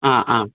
ആ ആ